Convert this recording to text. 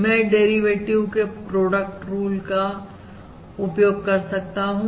मैं डेरिवेटिव के product rule का उपयोग कर सकता हूं